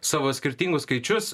savo skirtingus skaičius